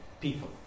people